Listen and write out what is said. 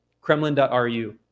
kremlin.ru